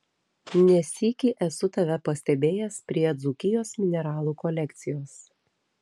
ne sykį esu tave pastebėjęs prie dzūkijos mineralų kolekcijos